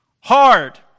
hard